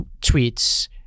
tweets